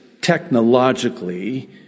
technologically